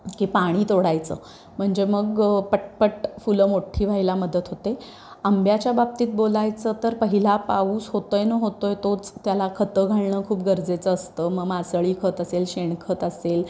की पाणी तोडायचं म्हणजे मग पटपट फुलं मोठी व्हायला मदत होते आंब्याच्या बाबतीत बोलायचं तर पहिला पाऊस होतो आहे न होतो आहे तोच त्याला खतं घालणं खूप गरजेचं असतं मग मासळी खत असेल शेण खत असेल